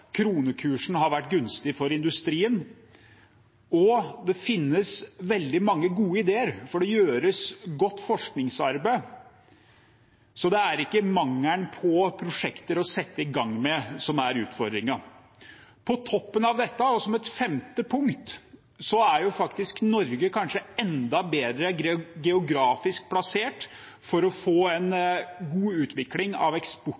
kronekursen har vært gunstig for industrien, og det finnes veldig mange gode ideer, for det gjøres godt forskningsarbeid, så det er ikke mangelen på prosjekter å sette i gang med som er utfordringen. På toppen av dette, og som et femte punkt, er Norge kanskje enda bedre geografisk plassert med tanke på å få en god utvikling av